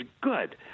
good